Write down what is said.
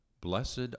Blessed